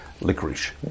licorice